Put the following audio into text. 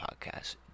Podcast